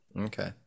Okay